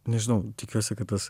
nežinau tikiuosi kad tas